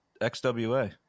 XWA